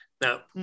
Now